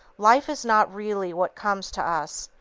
life is not really what comes to us,